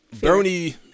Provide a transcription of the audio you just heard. Bernie